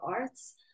Arts